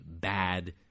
bad